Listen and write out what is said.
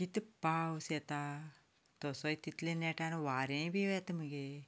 कितलो पावस येता तसो तितल्याच नेटान वारेंय बी येता मगे